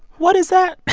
what is that?